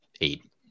Eight